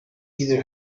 either